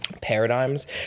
paradigms